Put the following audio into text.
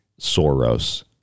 Soros